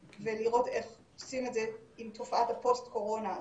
ולראות איך עושים את זה עם תופעת הפוסט קורונה הזו.